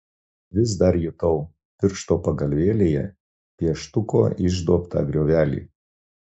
vis dar jutau piršto pagalvėlėje pieštuko išduobtą griovelį